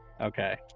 Okay